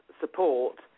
support